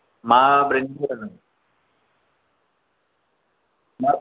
मा ब्रेन्डनि जागोन मा